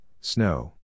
snow